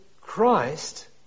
Christ